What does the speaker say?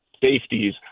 safeties